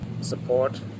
support